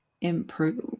improve